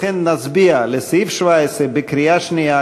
לכן נצביע על סעיף 17 בקריאה שנייה,